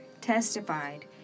testified